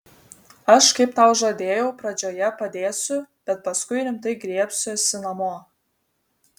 aš kaip tau žadėjau pradžioje padėsiu bet paskui rimtai griebsiuosi namo